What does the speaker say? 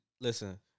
Listen